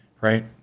right